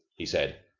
he said,